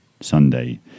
Sunday